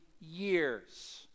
years